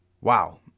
Wow